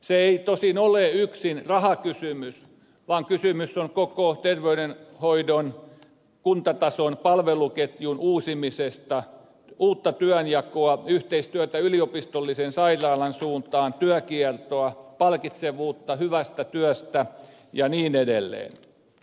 se ei tosin ole yksin rahakysymys vaan kysymys on koko terveydenhoidon kuntatason palveluketjun uusimisesta uutta työnjakoa yhteistyötä yliopistollisen sairaalan suuntaan työkiertoa palkitsevuutta hyvästä työstä ja niin edelleen